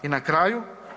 I na kraju.